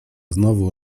znowu